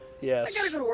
Yes